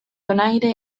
donaire